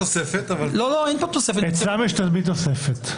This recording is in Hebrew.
אצלם יש תמיד תוספת.